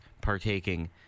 partaking